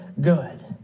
good